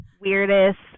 weirdest